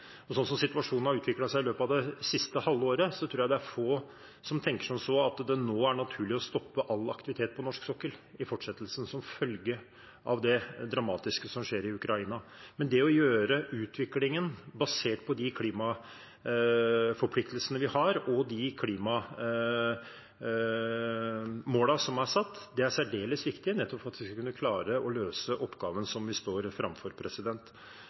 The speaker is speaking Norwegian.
situasjonen har utviklet seg i løpet av det siste halve året, tror jeg det er få som tenker som så at det nå er naturlig å stoppe all aktivitet på norsk sokkel i fortsettelsen, som følge av det dramatiske som skjer i Ukraina. Men det å gjøre utviklingen basert på de klimaforpliktelsene vi har og de klimamålene som er satt, det er særdeles viktig, nettopp for at vi skal kunne klare å løse oppgaven som vi står framfor.